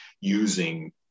using